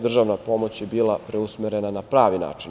Državna pomoć je bila preusmerena na pravi način.